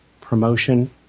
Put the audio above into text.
promotion